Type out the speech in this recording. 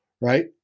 right